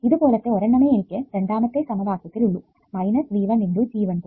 ഇതുപോലത്തെ ഒരെണ്ണമേ എനിക്ക് രണ്ടാമത്തെ സമവാക്യത്തിൽ ഉള്ളു V1 × G12